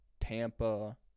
Tampa